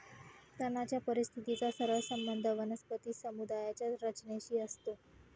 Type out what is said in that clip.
तणाच्या परिस्थितीचा सरळ संबंध वनस्पती समुदायाच्या रचनेशी असतो